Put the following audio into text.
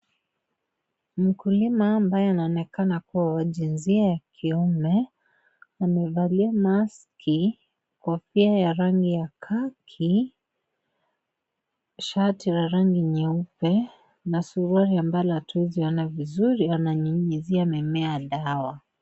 Mkulima ambaye anaonekana kuwa wa jinsia ya kiume, amevalia maski, kofia ya rangi ya ghaki , shati la rangi nyeupe na suruali ambayo hatuwezi ona vizuri, ananyunyizia mimea dawa.